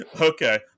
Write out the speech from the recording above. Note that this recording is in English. Okay